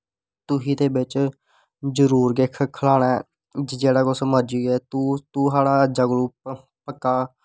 तुगी ते बिच्च जरूर गै खलाना ऐ जेह्ड़ा किश मर्जी होऐ तूं साढ़ा अज्जा कोलूं पक्का